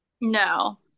No